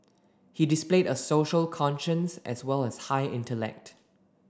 he displayed a social conscience as well as high intellect